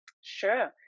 Sure